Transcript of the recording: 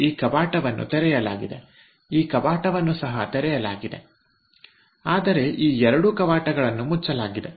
ಈ ಕವಾಟವನ್ನು ತೆರೆಯಲಾಗಿದೆ ಈ ಕವಾಟವನ್ನು ಸಹ ತೆರೆಯಲಾಗಿದೆ ಆದರೆ ಈ 2 ಕವಾಟಗಳನ್ನು ಮುಚ್ಚಲಾಗಿದೆ